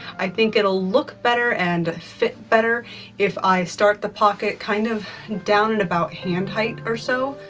i think it'll look better and fit better if i start the pocket kind of down at about hand height or so.